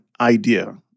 idea